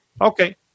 okay